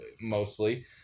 mostly